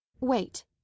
Wait